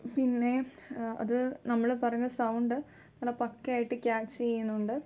പിന്നെ അത് നമ്മൾ പറഞ്ഞ സൗണ്ട് നല്ല പക്കയായിട്ട് ക്യാച് ചെയ്യുന്നുണ്ട്